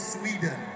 Sweden